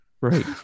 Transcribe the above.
right